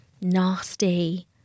nasty